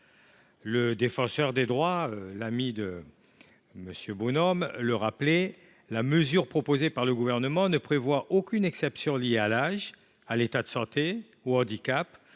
La Défenseure des droits, l’amie de M. Bonhomme, l’a rappelé : la mesure proposée par le Gouvernement ne prévoit « aucune exception liée à l’âge, à l’état de santé, au handicap